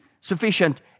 sufficient